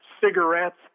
cigarettes